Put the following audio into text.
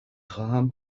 خواهم